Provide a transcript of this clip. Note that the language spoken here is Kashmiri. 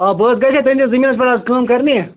آ بہٕ حظ گٔیاس تٔہٕنٛدِس زٔمیٖنَس پیٚٹھ کٲم کرنہِ